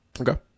Okay